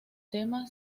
tema